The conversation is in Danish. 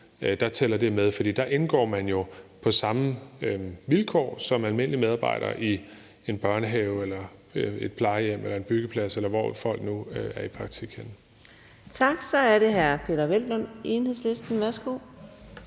tæller det med. For der indgår man jo på samme vilkår som almindelig medarbejdere i en børnehave, på et plejehjem, på en byggeplads, eller hvor folk nu er i praktik henne. Kl. 15:36 Anden næstformand